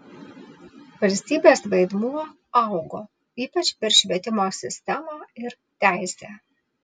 valstybės vaidmuo augo ypač per švietimo sistemą ir teisę